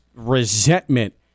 resentment